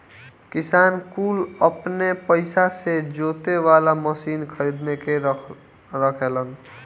किसान कुल अपने पइसा से जोते वाला मशीन खरीद के रखेलन